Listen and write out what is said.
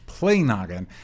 playnoggin